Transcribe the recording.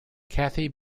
cathy